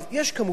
כמובן,